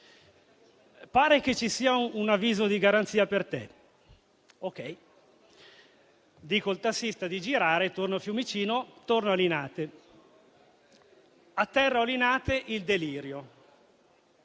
«Pare che ci sia un avviso di garanzia per te». Dico al tassista di girare e torno a Fiumicino diretto a Linate. Atterro a Linate e trovo